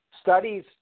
studies